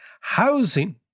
housing